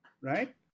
right